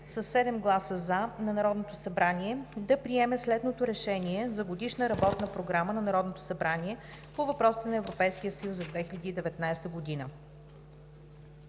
със 7 гласа „за“, на Народното събрание да приеме следното Решение за Годишна работна програма на Народното събрание по въпросите на Европейския съюз за 2019 г.: